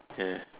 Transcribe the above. okay